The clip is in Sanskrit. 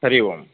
हरि ओम्